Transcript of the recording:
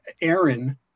Aaron